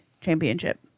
championship